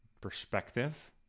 perspective